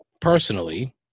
personally